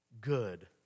good